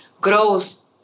grows